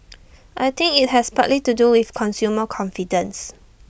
I think IT has partly to do with consumer confidence